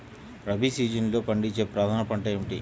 రబీ సీజన్లో పండించే ప్రధాన పంటలు ఏమిటీ?